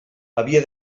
havia